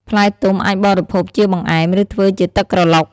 ផ្លែទុំអាចបរិភោគជាបង្អែម ឬធ្វើជាទឹកក្រឡុក។